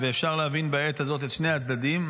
ואפשר להבין בעת הזאת את שני הצדדים.